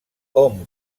hom